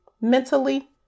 mentally